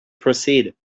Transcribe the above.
proceed